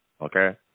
okay